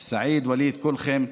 סעיד, ווליד, כולכם.